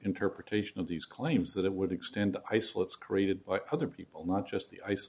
interpretation of these claims that it would extend i slips created by other people not just the i